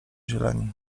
zieleni